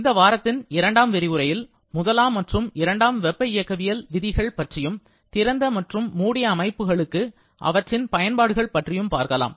இந்த வாரத்தின் இரண்டாம் விரிவுரையில் முதலாம் மற்றும் இரண்டாம் வெப்ப இயக்கவியல் விதிகள் பற்றியும் திறந்த மற்றும் மூடிய அமைப்புகளுக்கு அவற்றின் பயன்பாடுகள் பற்றியும் பார்க்கலாம்